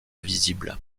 visible